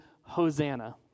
Hosanna